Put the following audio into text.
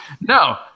no